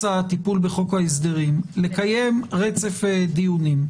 הטיפול בחוק ההסדרים לקיים רצף דיונים,